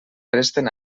presten